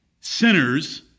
sinners